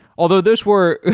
although, those were